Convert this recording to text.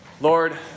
Lord